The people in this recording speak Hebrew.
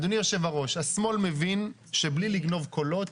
אדוני היושב-ראש, השמאל מבין שבלי לגנוב קולות